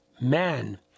man